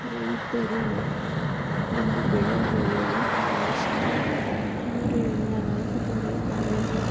ರೈತರು ಒಂದು ಬೆಳೆ ಬೆಳೆಯಲು ಕನಿಷ್ಟ ಮೂರರಿಂದ ನಾಲ್ಕು ತಿಂಗಳು ಕಾಯಬೇಕು